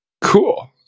Cool